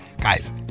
Guys